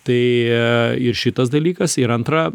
tai ir šitas dalykas ir antra